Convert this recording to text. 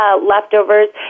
Leftovers